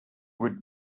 would